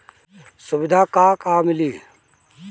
सुविधा का का मिली?